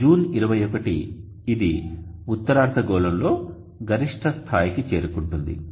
కాబట్టి జూన్ 21 ఇది ఉత్తర అర్ధగోళంలో గరిష్ట స్థాయికి చేరుకుంటుంది